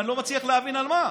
ואני לא מצליח להבין על מה.